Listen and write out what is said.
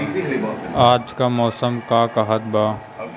आज क मौसम का कहत बा?